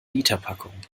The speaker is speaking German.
literpackung